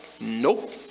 nope